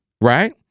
right